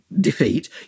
defeat